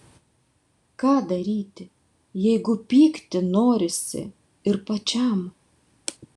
ką daryti jeigu pykti norisi ir pačiam